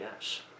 yes